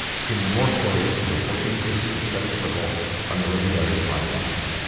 you can hear more stories from the working tapes of studs terkel on the radio diaries podcast.